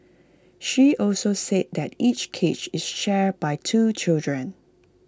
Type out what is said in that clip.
she also said that each cage is shared by two children